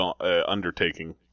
undertaking